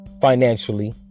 financially